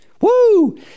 woo